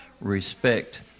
respect